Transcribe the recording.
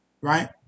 Right